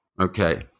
Okay